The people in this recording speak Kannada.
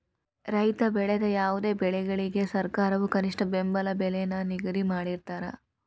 ರೈತ ಬೆಳೆದ ಯಾವುದೇ ಬೆಳೆಗಳಿಗೆ ಸರ್ಕಾರದವ್ರು ಕನಿಷ್ಠ ಬೆಂಬಲ ಬೆಲೆ ನ ನಿಗದಿ ಮಾಡಿರ್ತಾರ